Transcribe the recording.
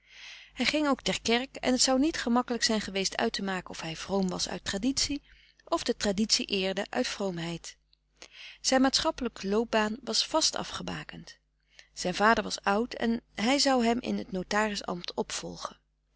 hij ging ook ter kerk en het zou niet gemakkelijk zijn geweest uit te maken of hij vroom was uit traditie of de traditie eerde uit vroomheid zijn maatschappelijke loopbaan was vast afgebakend zijn vader was oud en hij zou hem in t notaris ambt opvolgen